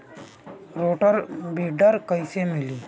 Rotor weeder कईसे मिले?